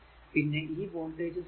പിന്നെ ഈ voltage source